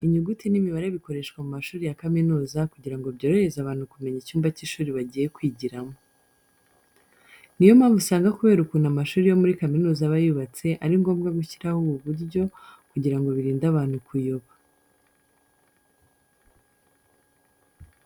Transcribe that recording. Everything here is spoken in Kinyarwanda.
Inyuguti n'imibare bikoreshwa mu mashuri ya kaminuza kugira ngo byorohereze abantu kumenya icyumba cy'ishuri bagiye kwigiramo. Ni yo mpamvu usanga kubera ukuntu amashuri yo muri kaminuza aba yubatse ari ngombwa gushyiraho ubu buryo kugira ngo birinde abantu kuyoba.